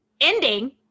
ending